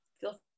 feel